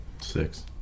Six